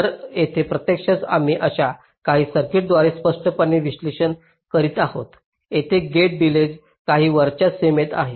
तर येथे प्रत्यक्षात आम्ही अशा काही सर्किट्सचे स्पष्टपणे विश्लेषण करीत आहोत जेथे गेट डिलेज काही वरच्या सीमेत आहे